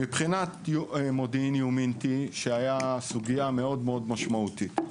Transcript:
סוגיית המודיעין היומינטי היא מאוד מאוד משמעותית.